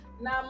Now